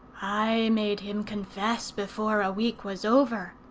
i made him confess before a week was over,